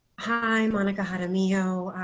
hi, monica. how to me. oh,